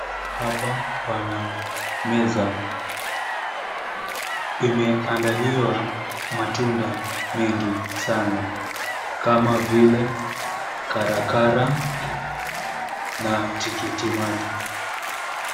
Hapa pana meza imeandaliwa matunda mengi sana kama vile karakara na tikiti maji.